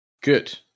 good